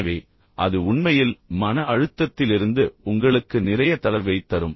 எனவே அது உண்மையில் மன அழுத்தத்திலிருந்து உங்களுக்கு நிறைய தளர்வைத் தரும்